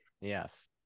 yes